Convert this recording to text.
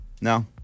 No